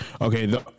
Okay